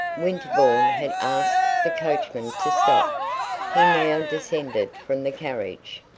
winterbourne had asked the coachman to stop he now descended from the carriage.